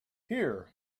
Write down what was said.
here